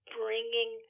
bringing